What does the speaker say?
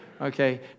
Okay